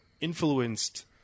influenced